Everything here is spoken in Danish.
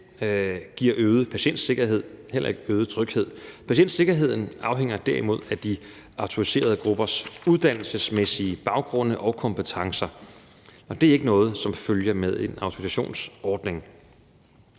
giver en øget patientsikkerhed og heller ikke en øget tryghed. Kl. 17:56 Patientsikkerheden afhænger derimod af de autoriserede gruppers uddannelsesmæssige baggrunde og kompetencer, og det er ikke noget, som følger med en autorisationsordning.